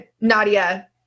Nadia